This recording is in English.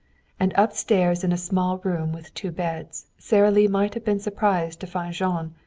and upstairs in a small room with two beds sara lee might have been surprised to find jean,